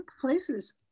places